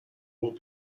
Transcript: won’t